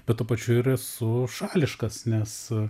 bet tuo pačiu ir esu šališkas nes